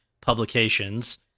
publications